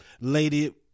Lady